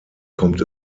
kommt